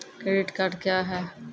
Credit card क्या हैं?